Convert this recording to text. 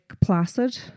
Placid